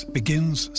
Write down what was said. begins